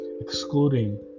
excluding